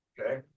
okay